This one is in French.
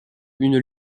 une